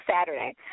Saturday